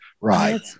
Right